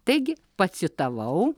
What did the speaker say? taigi pacitavau